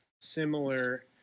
Similar